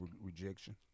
rejection